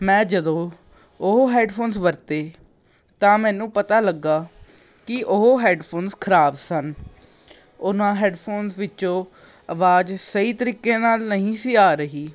ਮੈਂ ਜਦੋਂ ਉਹ ਹੈਡਫੋਨਸ ਵਰਤੇ ਤਾਂ ਮੈਨੂੰ ਪਤਾ ਲੱਗਾ ਕਿ ਉਹ ਹੈਡਫੋਨਸ ਖਰਾਬ ਸਨ ਉਹਨਾਂ ਹੈਡਫੋਨਸ ਵਿੱਚੋਂ ਆਵਾਜ਼ ਸਹੀ ਤਰੀਕੇ ਨਾਲ ਨਹੀਂ ਸੀ ਆ ਰਹੀ